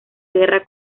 guerra